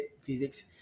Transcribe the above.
physics